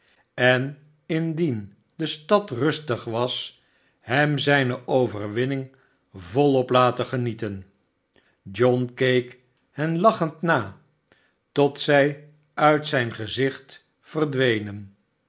en indien de stad rustig was hem zijne overwmnmg volop laten genieten john keek hen lachend na tot zij uit zijn gezicht verdwenen